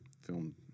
film